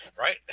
right